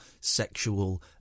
sexual